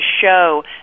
show